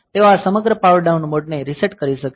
તેઓ આ સમગ્ર પાવર ડાઉન મોડને રીસેટ કરી શકે છે